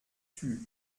tue